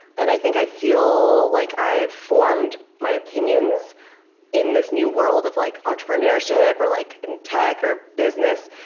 and i think i feel like i've formed my opinions in this new world of like entrepreneurship or like in tech or business,